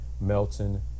Melton